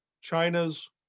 China's